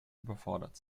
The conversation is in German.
überfordert